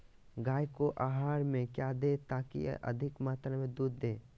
गाय को आहार में क्या दे ताकि अधिक मात्रा मे दूध दे?